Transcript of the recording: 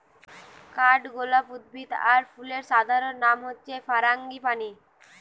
কাঠগোলাপ উদ্ভিদ আর ফুলের সাধারণ নাম হচ্ছে ফারাঙ্গিপানি